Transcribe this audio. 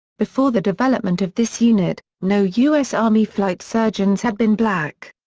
before the development of this unit, no u s. army flight surgeons had been black.